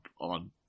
on